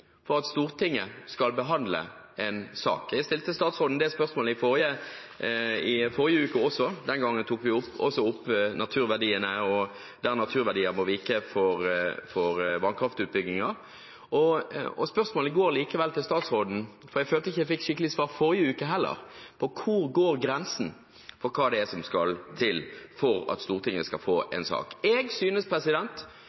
for at Stortinget skal behandle en sak? Jeg stilte statsråden det spørsmålet i forrige uke også. Den gangen tok vi også opp spørsmålet om naturverdier må vike for vannkraftutbygging. Spørsmålet går igjen til statsråden, for jeg følte at jeg ikke fikk skikkelig svar i forrige uke: Hvor går grensen for hva som skal til for at Stortinget skal få en sak? Jeg synes